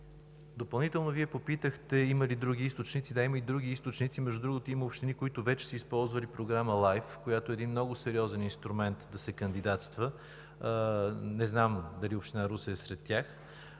Допълнително Вие попитахте: има ли други източници? Да, има и други източници. Между другото, има общини, които вече са използвали Програмата LIFE, която е един много сериозен инструмент да се кандидатства. Не знам дали община Русе е сред тях,